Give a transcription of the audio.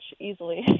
easily